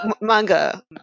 manga